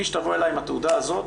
מי שתבוא אלי עם התעודה הזאת,